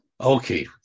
Okay